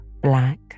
black